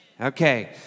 Okay